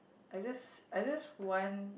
I just I just want